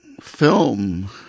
film